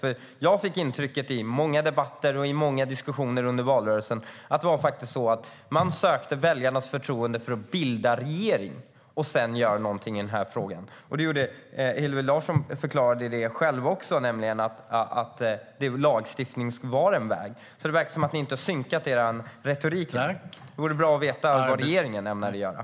Jag fick nämligen intrycket i många debatter och många diskussioner under valrörelsen att man faktiskt sökte väljarnas förtroende för att bilda regering och för att sedan göra någonting i den här frågan. Hillevi Larsson förklarade det också, nämligen att lagstiftning var en väg. Det verkar alltså som att ni inte har synkat er retorik. Det vore bra att veta vad regeringen ämnar göra.